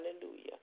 Hallelujah